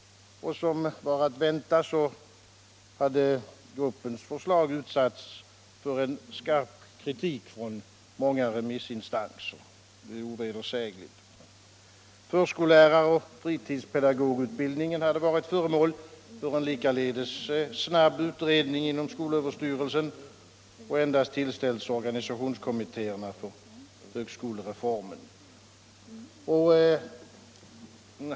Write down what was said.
Som var att vänta hade gruppens förslag utsatts för en skarp kritik från många remissinstanser — det är ovedersägligt. Förskolläraroch fritidspedagogutbildningen hade varit föremål för en likaledes snabb utredning inom skolöverstyrelsen och endast tillställts organisationskommittéerna för högskolereformen.